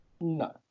No